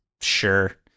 Sure